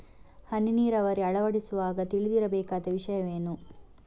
ಹನಿ ನೀರಾವರಿ ಅಳವಡಿಸುವಾಗ ತಿಳಿದಿರಬೇಕಾದ ವಿಷಯವೇನು?